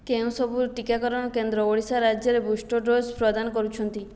କେଉଁ ସବୁ ଟିକାକରଣ କେନ୍ଦ୍ର ଓଡ଼ିଶା ରାଜ୍ୟରେ ବୁଷ୍ଟର ଡୋଜ୍ ପ୍ରଦାନ କରୁଛନ୍ତି